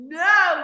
no